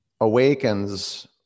awakens